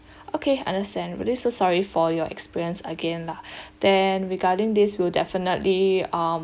okay understand really so sorry for your experience again lah then regarding this we'll definitely um